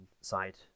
side